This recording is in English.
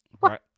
Right